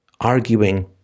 arguing